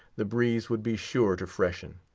the breeze would be sure to freshen.